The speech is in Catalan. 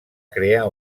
crear